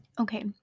Okay